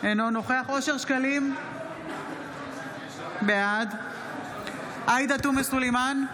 אינו נוכח אושר שקלים, בעד עאידה תומא סלימאן,